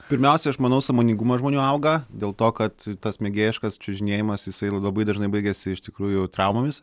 pirmiausia aš manau sąmoningumas žmonių auga dėl to kad tas mėgėjiškas čiuožinėjimas jisai labai dažnai baigiasi iš tikrųjų traumomis